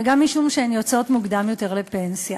וגם משום שהן יוצאות מוקדם יותר לפנסיה.